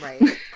Right